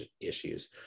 issues